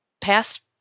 past